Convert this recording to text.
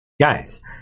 Guys